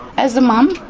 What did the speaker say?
as a mum,